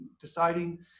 deciding